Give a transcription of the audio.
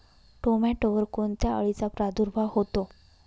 टोमॅटोवर कोणत्या अळीचा प्रादुर्भाव होतो?